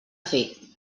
fer